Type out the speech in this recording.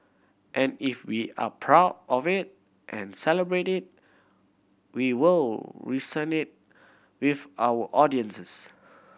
and if we are proud of it and celebrate it we will resonate with our audiences